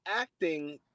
acting